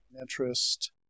interest